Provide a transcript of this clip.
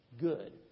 good